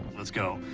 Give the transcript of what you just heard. let's go.